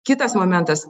kitas momentas